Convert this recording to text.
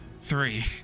Three